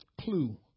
clue